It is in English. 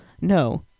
No